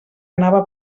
anava